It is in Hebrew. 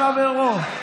רצה גבר חברו.